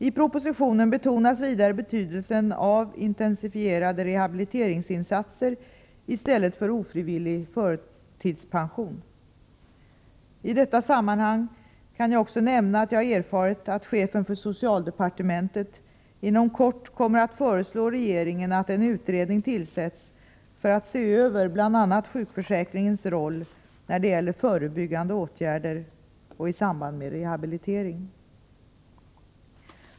I propositionen betonas vidare betydelsen av intensifierade rehabiliteringsinsatser i stället för ofrivillig förtidspensionering. I detta sammanhang kan jag också nämna att jag har erfarit att chefen för socialdepartementet inom kort kommer att föreslå regeringen att en utredning tillsätts för att se över bl.a. sjukförsäkringens roll när det gäller förebyggande åtgärder och i samband med rehabilitering.